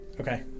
Okay